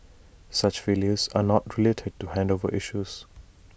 such failures are not related to handover issues